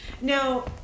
Now